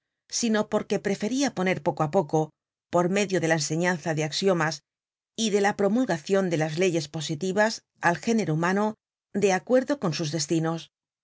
sino porque preferia poner poco á poco por medio de la enseñanza de axiomas y de la promulgacion content from google book search generated at tomo iii content from google book search generated at las leyes positivas al género humano de acuerdo con sus destinos